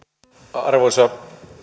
arvoisa